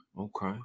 Okay